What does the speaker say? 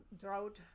drought